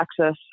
access